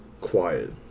quiet